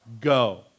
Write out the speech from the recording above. Go